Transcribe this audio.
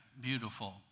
beautiful